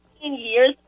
years